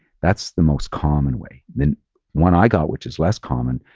that's the most common way. then when i got, which is less common,